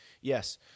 Yes